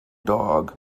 dog